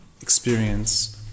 experience